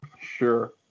Sure